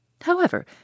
However